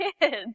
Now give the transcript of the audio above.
kids